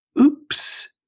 Oops